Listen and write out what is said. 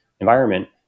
environment